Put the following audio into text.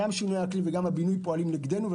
גם שינויי האקלים וגם הבינוי פועלים נגדנו,